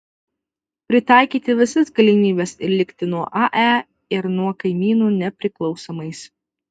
pritaikyti visas galimybes ir likti nuo ae ir nuo kaimynų nepriklausomais